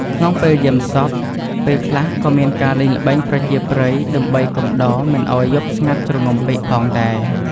ក្នុងពេលយាមសព ពេលខ្លះក៏មានការលេងល្បែងប្រជាប្រិយដើម្បីកំដរមិនឲ្យយប់ស្ងាត់ជ្រងំពេកផងដែរ។